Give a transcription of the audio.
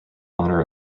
honor